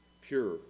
Pure